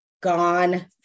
gone